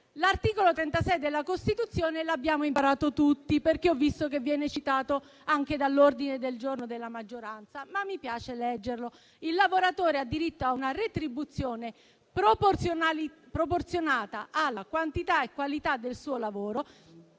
L'articolo 36 della Costituzione l'abbiamo imparato tutti, perché ho visto che viene citato anche nell'ordine del giorno della maggioranza, ma mi piace leggerlo: «Il lavoratore ha diritto ad una retribuzione proporzionata alla quantità e qualità del suo lavoro